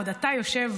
עוד אתה יושב,